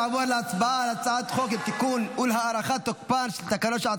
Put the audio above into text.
נעבור להצבעה על הצעת חוק לתיקון ולהארכת תוקפן של תקנות שעת